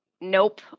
nope